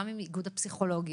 גם עם איגוד הפסיכולוגים,